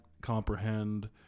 comprehend